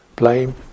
Blame